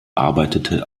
arbeitete